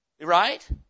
right